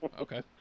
Okay